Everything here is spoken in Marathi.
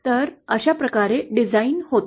तर अशा प्रकारे डिझाइन होते